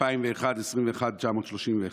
מאוגוסט 2001, 21.931,